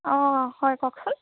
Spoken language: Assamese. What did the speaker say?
অঁ হয় কওকচোন